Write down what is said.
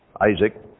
Isaac